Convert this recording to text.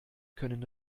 können